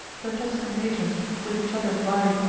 the tuscan matrons with each other vied,